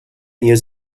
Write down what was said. years